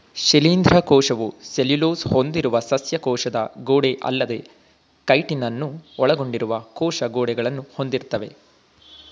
ಶಿಲೀಂಧ್ರ ಕೋಶವು ಸೆಲ್ಯುಲೋಸ್ ಹೊಂದಿರುವ ಸಸ್ಯ ಕೋಶದ ಗೋಡೆಅಲ್ಲದೇ ಕೈಟಿನನ್ನು ಒಳಗೊಂಡಿರುವ ಕೋಶ ಗೋಡೆಗಳನ್ನು ಹೊಂದಿರ್ತವೆ